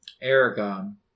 Aragon